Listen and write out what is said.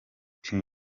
team